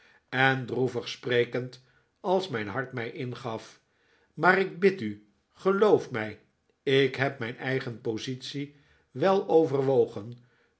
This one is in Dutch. en droevig sprekend als mijn hart mij ingaf maar ik bid u geloof mij ik heb mijn eigen positie wel overwogen